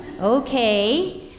Okay